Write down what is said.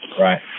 Right